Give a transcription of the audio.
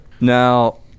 Now